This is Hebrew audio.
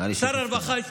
נראה לי שיש הסכמה.